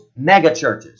megachurches